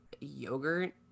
yogurt